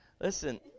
Listen